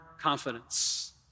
confidence